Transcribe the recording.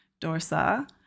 Dorsa